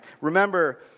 Remember